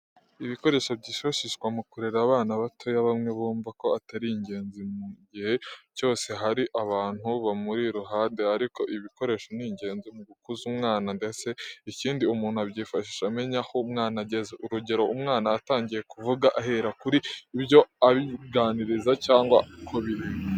Ibikoresho byifashishwa mu kurera abana batoya bamwe bumva ko atari ingenzi mu gihe cyose hari abantu bamuri iruhande, ariko ibikoresho ni ingenzi mu gukuza umwana ndetse ikindi umuntu abyifashisha amenya aho umwana ageze. Urugero umwana atangiye kuvuga, ahera kuri byo abiganiriza cyangwa kubiheka.